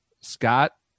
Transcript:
Scott